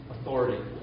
authority